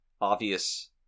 obvious